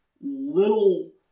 little